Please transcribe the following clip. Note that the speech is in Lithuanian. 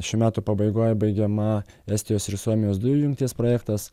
šių metų pabaigoj baigiama estijos ir suomijos dujų jungties projektas